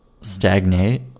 stagnate